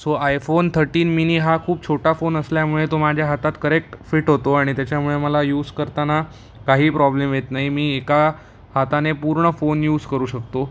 so iPhone thirteen mini हा खूप छोटा फोन असल्यामुळे तो माझ्या हातात करेक्ट फिट होतो आणि त्याच्यामुळे मला यूज करताना काही प्रॉब्लेम येत नाही मी एका हाताने पूर्ण फोन यूज करू शकतो